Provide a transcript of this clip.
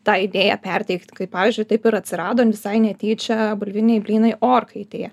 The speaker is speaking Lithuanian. tą idėją perteikt kaip pavyzdžiui taip ir atsirado visai netyčia bulviniai blynai orkaitėje